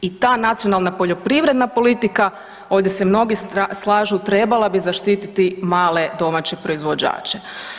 I ta nacionalna poljoprivredna politika, ovdje se mnogi slažu, trebala bi zaštititi male domaće proizvođače.